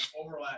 overlap